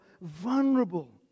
vulnerable